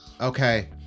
Okay